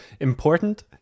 important